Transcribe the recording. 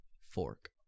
Fork